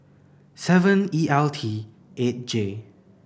seven E L T eight J